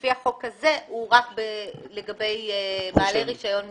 לפי החוק הזה, הוא רק לגבי בעלי רישיון מורחב.